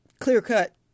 clear-cut